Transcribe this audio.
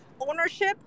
ownership